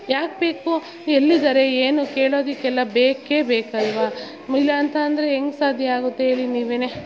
ಯಾಕೆ ಬೇಕು ಎಲ್ಲಿದ್ದಾರೆ ಏನು ಕೇಳೋದಕ್ಕೆಲ್ಲ ಬೇಕೇ ಬೇಕಲ್ಲವಾ ಇಲ್ಲಅಂತಾಂದರೆ ಹೆಂಗ್ ಸಾಧ್ಯ ಆಗುತ್ತೆ ಹೇಳಿ ನೀವೇ